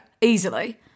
Easily